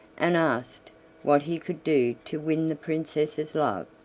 and asked what he could do to win the princess's love.